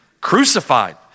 crucified